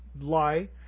lie